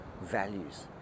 values